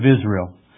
Israel